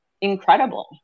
incredible